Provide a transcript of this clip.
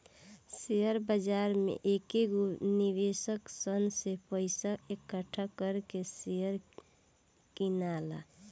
share बाजार में कएगो निवेशक सन से पइसा इकठ्ठा कर के शेयर किनला